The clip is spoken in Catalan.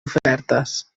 ofertes